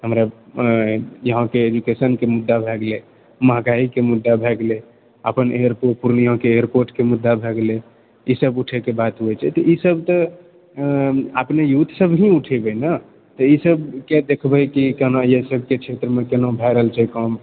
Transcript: हमरा जहाँ कि एजुकेशनके मुद्दा भए गेलै महगाइके मुद्दा भए गेलै अपन पूर्णियाके एअरपोर्टके मुद्दा भए गेलै ई सब उठाएके बात होइ छै तऽ ई सब तऽ अपने यूथ सब ही उठेबै ने तऽ ई सबके देखबै कि केना एहि सबके क्षेत्रमे केना भए रहल छै काम